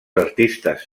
artistes